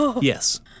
Yes